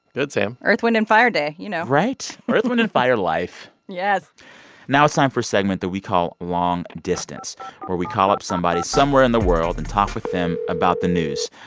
good, sam earth, wind and fire day, you know? right? earth, wind and fire life yes now it's time for a segment that we call long distance where we call up somebody somewhere in the world and talk with them about the news.